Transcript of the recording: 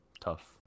tough